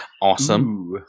awesome